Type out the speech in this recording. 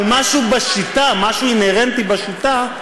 אבל יש משהו בשיטה, משהו אינהרנטי בשיטה,